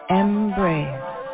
embrace